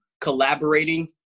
collaborating